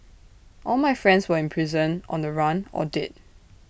all my friends were in prison on the run or dead